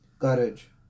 Courage